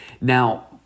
Now